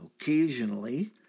Occasionally